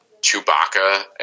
Chewbacca